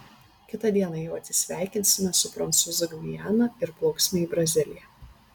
kitą dieną jau atsisveikinsime su prancūzų gviana ir plauksime į braziliją